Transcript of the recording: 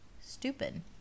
stupid